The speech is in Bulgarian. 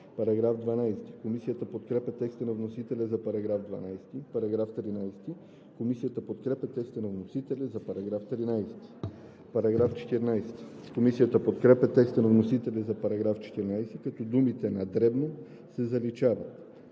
Комисията подкрепя текста на вносителя за § 14, като думите „на дребно“ се заличават.